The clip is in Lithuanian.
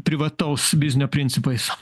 privataus biznio principais